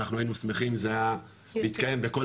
אנחנו היינו שמחים אם זה היה מתקיים בכל